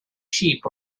sheep